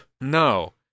No